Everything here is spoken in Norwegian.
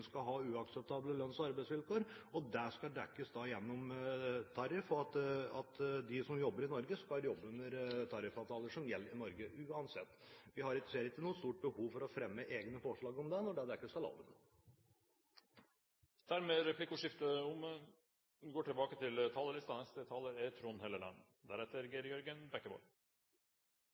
skal ha uakseptable lønns- og arbeidsvilkår. Det skal dekkes gjennom tariff, og de som jobber i Norge, skal jobbe under tariffavtaler som gjelder for Norge, uansett. Vi ser ikke noe stort behov for å fremme egne forslag om det, når det dekkes av loven. Replikkordskiftet er dermed omme. Jeg takker for muligheten til